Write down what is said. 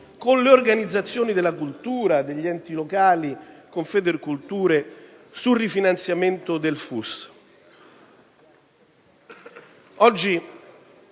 con le organizzazioni della cultura, gli enti locali e Federculture sul rifinanziamento del